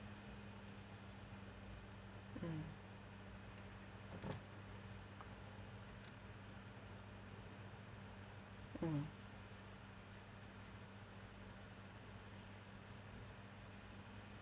mm mm